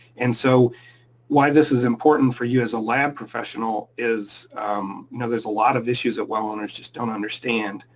and so why this is important for you as a lab professional is you know there's a lot of issues that well owners just don't understand.